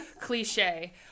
cliche